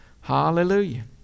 Hallelujah